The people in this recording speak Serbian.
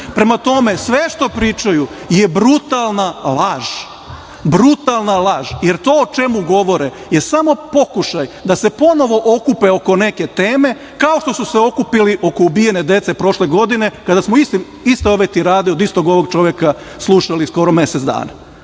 Prema tome, sve što pričaju je brutalna laž, brutalna laž, jer to o čemu govore je samo pokušaj da se ponovo okupe oko neke teme, kao što su se okupili oko ubijene dece prošle godine kada smo iste ove tirade, od istog ovog čoveka, slušali skoro mesec dana.